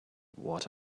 what